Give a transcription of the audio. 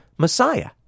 Messiah